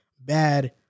bad